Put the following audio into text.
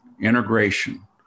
integration